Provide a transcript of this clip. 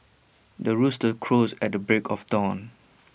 the rooster crows at the break of dawn